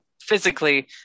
physically